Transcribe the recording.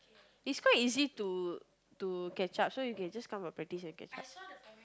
it's quite easy to to catch up so you can just come for practice and get start